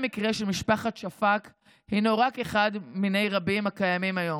המקרה של משפחת שפק הוא רק אחד מיני רבים כיום,